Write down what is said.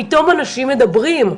פתאום אנשים מדברים,